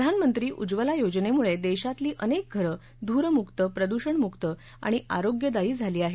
प्रधानमंत्री उज्जवला योजनेमुळे देशातली अनेक घरं धूरमुक्त प्रदूषण मुक्त आणि आरोग्यदायी झाली आहेत